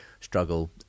struggle